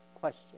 question